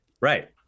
Right